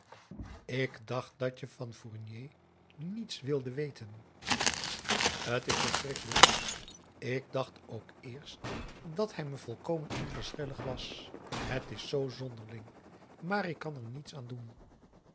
ik dacht dat je van fournier niets wilde weten het is verschrikkelijk luus ik dacht ook eerst dat hij me volkomen onverschillig was het is zoo zonderling maar ik kan er niets aan doen